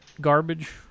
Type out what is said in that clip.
garbage